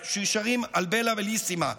ששרים על בלה בליסימה,